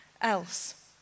else